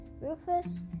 Rufus